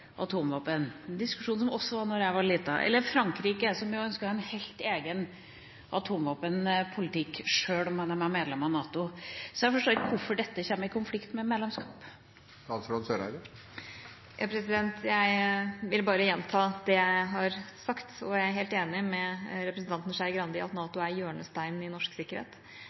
jeg var liten. Og Frankrike ønsker en helt egen atomvåpenpolitikk sjøl om de er medlem av NATO. Jeg forstår ikke hvorfor dette kommer i konflikt med medlemskap. Jeg vil bare gjenta det jeg har sagt. Jeg er helt enig med representanten Skei Grande i at NATO er hjørnesteinen i norsk sikkerhet.